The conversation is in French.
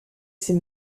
ses